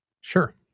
Sure